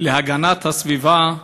להגנת הסביבה,